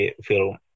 film